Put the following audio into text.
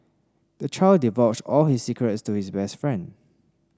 the child divulged all his secrets to his best friend